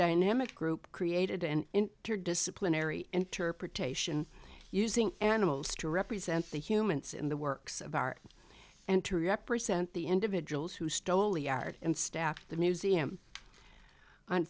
dynamic group created and in disciplinary interpretation using animals to represent the humans in the works of art and to represent the individuals who stole the art and staff the museum on